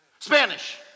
Spanish